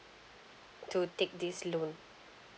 to take this loan